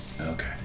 Okay